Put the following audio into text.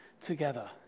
together